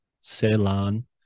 ceylon